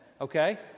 Okay